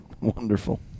Wonderful